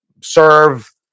serve